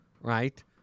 right